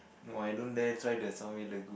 no I don't dare try the Sunway Lagoon